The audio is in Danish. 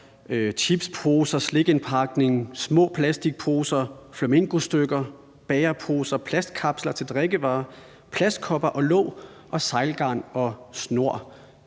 chipsposer, slikindpakning, små plastikposer, flamingostykker, bæreposer, plastkapsler til drikkevarer, plastkopper og -låg, sejlgarn og snor.